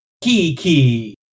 Kiki